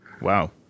Wow